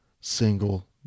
single